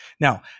Now